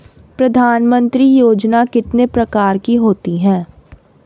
प्रधानमंत्री योजना कितने प्रकार की होती है?